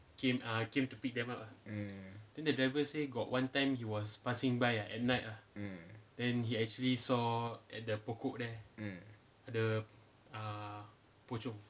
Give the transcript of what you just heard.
mm mm mm